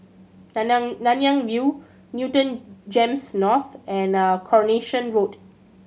Nanyang Nanyang View Newton GEMS North and Coronation Road